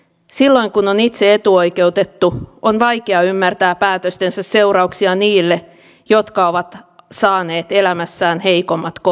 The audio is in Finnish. silloin kun itse on etuoikeutettu on vaikea ymmärtää päätöstensä seurauksia niille jotka ovat saaneet elämässään heikommat kortit